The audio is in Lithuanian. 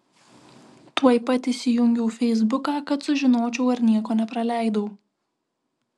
tuoj pat įsijungiau feisbuką kad sužinočiau ar nieko nepraleidau